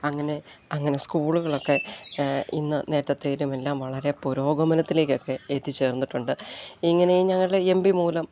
അങ്ങനെ അങ്ങനെ സ്കൂളുകളൊക്കെ ഇന്ന് നേരത്തേതിലുമെല്ലാം വളരെ പുരോഗമനത്തിലേക്കൊക്കെ എത്തിച്ചേർന്നിട്ടുണ്ട് ഇങ്ങനെ ഞങ്ങളുടെ എം പി മൂലം